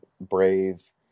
brave